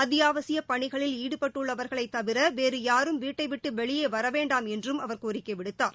அத்தியாவசியப் பணிகளில் ஈடுபட்டுள்ளவர்களைத் தவிர வேறு யாரும் வீட்ளடவிட்டு வெளியே வரவேண்டாம் என்றும் அவர் கோரிக்கை விடுத்தார்